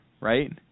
right